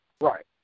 Right